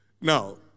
Now